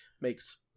makes